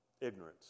Ignorance